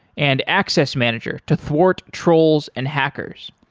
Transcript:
and access manager to thwart trolls and hackers.